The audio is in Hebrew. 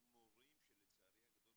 מורים שלצערי הגדול,